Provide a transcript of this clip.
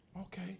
okay